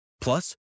Plus